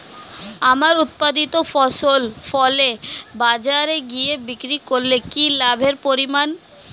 আমার উৎপাদিত ফসল ফলে বাজারে গিয়ে বিক্রি করলে কি লাভের পরিমাণ?